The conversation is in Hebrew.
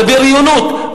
זה בריונות,